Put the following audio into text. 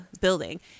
building